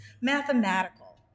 mathematical